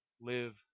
live